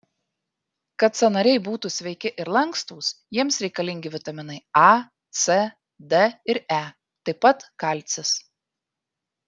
kad sąnariai būtų sveiki ir lankstūs jiems reikalingi vitaminai a c d ir e taip pat kalcis